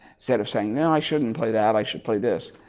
instead of saying no i shouldn't play that i should play this.